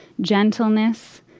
gentleness